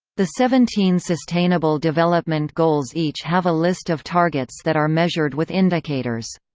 the seventeen sustainable development goal's each have a list of targets that are measured with indicators.